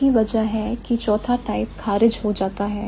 यही वजह है की चौथा टाइप खारिज हो जाता है